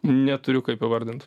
neturiu kaip įvardint